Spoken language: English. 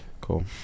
Cool